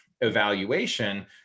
evaluation